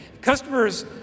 Customers